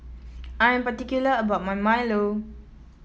I am particular about my milo